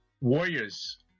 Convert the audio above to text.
Warriors